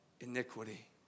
iniquity